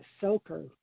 soaker